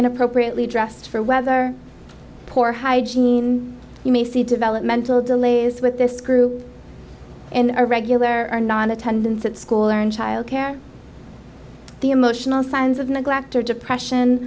in appropriately dressed for weather poor hygiene you may see developmental delays with this group and a regular or non attendance at school or in child care the emotional signs of neglect or depression